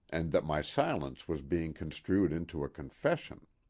and that my silence was being construed into a confession.